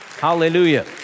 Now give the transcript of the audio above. Hallelujah